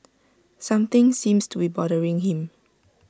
something seems to be bothering him